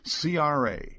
CRA